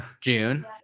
June